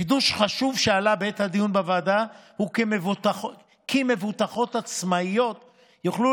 חידוש חשוב שעלה בעת הדיון בוועדה הוא כי מבוטחות עצמאיות יוכלו